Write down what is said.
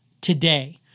today